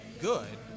good